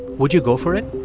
would you go for it?